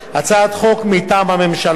הצעת חוק מטעם הממשלה.